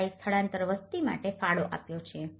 3 એ સ્થળાંતર વસ્તી માટે ફાળો આપ્યો છે